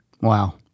Wow